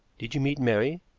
did you meet mary?